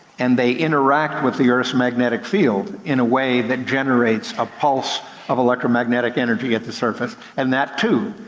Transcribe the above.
and they interact with the earth's magnetic field, in a way that generates a pulse of electromagnetic energy at the surface. and that too,